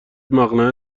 مقنعه